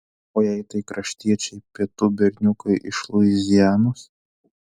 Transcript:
o jei tai kraštiečiai pietų berniukai iš luizianos